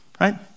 Right